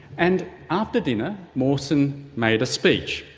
and after dinner mawson made a speech,